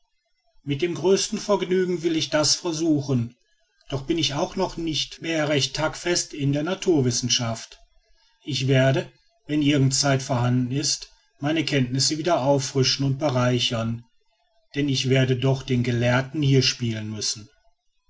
mit dem größten vergnügen will ich das versuchen doch bin ich auch nicht mehr recht taktfest in der naturwissenschaft ich werde wenn irgend zeit vorhanden ist meine kentnisse wieder auffrischen und bereichern denn ich werde doch den gelehrten hier spielen müssen